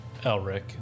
Elric